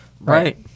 Right